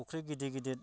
फ'ख्रि गिदिर गिदिर